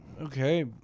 Okay